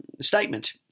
statement